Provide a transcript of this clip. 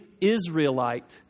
Israelite